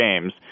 games